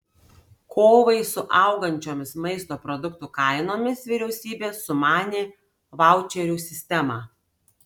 kovai su augančiomis maisto produktų kainomis vyriausybė sumanė vaučerių sistemą